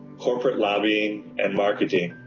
corporate lobbying and marketing,